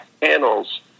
panels